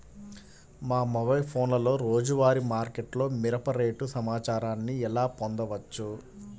మా మొబైల్ ఫోన్లలో రోజువారీ మార్కెట్లో మిరప రేటు సమాచారాన్ని ఎలా పొందవచ్చు?